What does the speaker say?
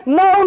no